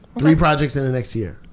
three projects in the next year.